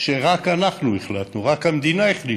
שרק אנחנו החלטנו, רק המדינה החליטה.